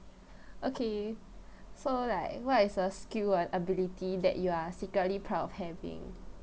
okay so like what is a skill or ability that you are secretly proud of having